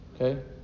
Okay